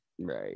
Right